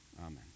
Amen